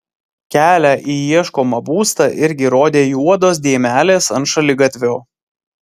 kelią į ieškomą būstą irgi rodė juodos dėmelės ant šaligatvio